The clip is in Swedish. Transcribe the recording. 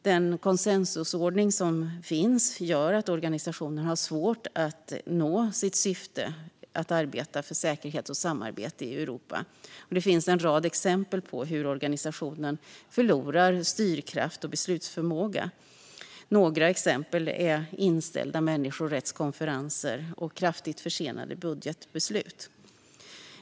Den konsensusordning som finns gör att organisationen har svårt att uppnå sitt syfte att arbeta för säkerhet och samarbete i Europa. Det finns en rad exempel på hur organisationen förlorar styrkraft och beslutsförmåga. Några exempel är inställda människorättskonferenser och kraftigt försenade budgetbeslut.